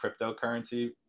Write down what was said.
cryptocurrency